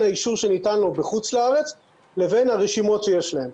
האישור שניתן לו בחוץ לארץ לבין הרשימות שיש להם.